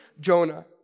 Jonah